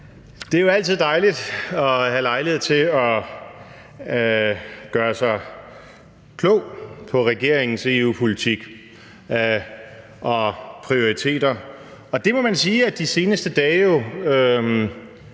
Det er jo altid dejligt at have lejlighed til at gøre sig klog på regeringens EU-politik og prioriteter, og det må man sige, at de seneste dage